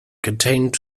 contained